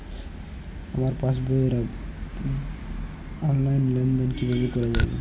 আমার পাসবই র অনলাইন লেনদেন কিভাবে করা যাবে?